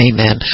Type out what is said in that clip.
Amen